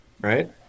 right